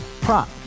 Prop